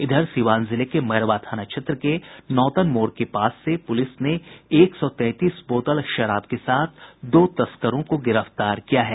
इधर सीवान जिले के मैरवा थाना क्षेत्र के नौतन मोड़ के पास से पुलिस ने एक सौ तैंतीस बोतल शराब के साथ दो तस्करों को गिरफ्तार किया है